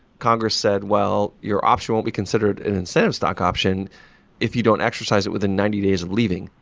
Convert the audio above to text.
congress said, well, your option won't be considered an incentive stock option if you don't exercise it within ninety days of leaving.